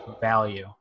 Value